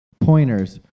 pointers